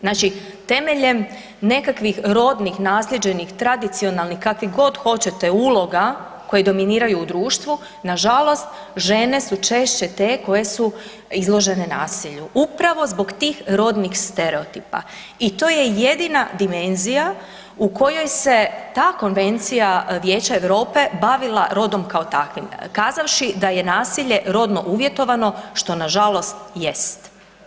Znači temeljem nekakvih rodnih naslijeđenih tradicionalnih, kakvih god hoćete uloga koje dominiraju u društvu, nažalost žene su češće te koje su izložene nasilju, upravo zbog tih rodnih stereotipa i to je jedina dimenzija u kojoj ste ta konvencija Vijeća Europe bavila rodom kao takvim kazavši da je nasilje rodno uvjetovano, što nažalost jest.